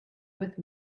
with